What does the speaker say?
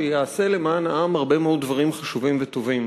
שיעשה למען העם הרבה מאוד דברים חשובים וטובים.